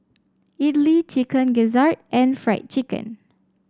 idly Chicken Gizzard and Fried Chicken